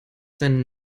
seinen